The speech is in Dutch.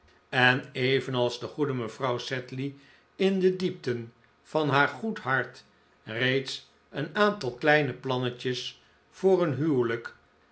en evenals de goede mevrouw sedley in de diepten van haar goed hart reeds een aantal kleine plannetjes voor een huwelijk